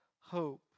hope